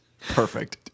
Perfect